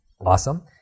Awesome